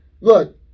look